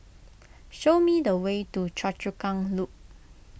show me the way to Choa Chu Kang Loop